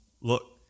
look